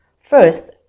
First